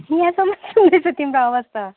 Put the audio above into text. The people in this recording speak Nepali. यहाँसम्म सुन्दैछ तिम्रो आवाज त